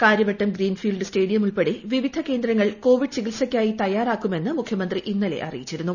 Karyavattom greenfield stadium ഉൾപ്പെടെ വിവിധ കേന്ദ്രങ്ങൾ കോവിഡ് ചികിത്സയ്ക്കായി തയ്യാറാക്കുമെന്ന് മുഖ്യമന്ത്രി ഇന്നലെ അറിയിച്ചിരുന്നു